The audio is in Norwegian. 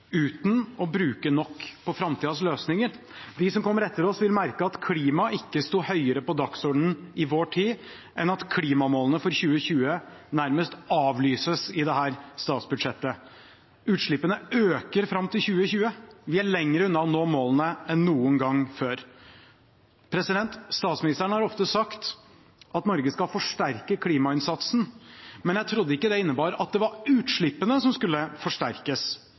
uten å bruke nok på framtidas løsninger. De som kommer etter oss, vil merke at klimaet ikke sto høyere på dagsordenen i vår tid enn at klimamålene for 2020 nærmest avlyses i dette statsbudsjettet. Utslippene øker fram til 2020. Vi er lenger unna å nå målene enn noen gang før. Statsministeren har ofte sagt at Norge skal forsterke klimainnsatsen, men jeg trodde ikke det innebar at det var utslippene som skulle forsterkes.